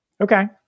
Okay